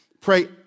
pray